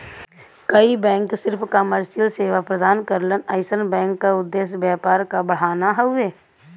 कई बैंक सिर्फ कमर्शियल सेवा प्रदान करलन अइसन बैंक क उद्देश्य व्यापार क बढ़ाना हउवे